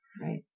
Right